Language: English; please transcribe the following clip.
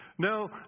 No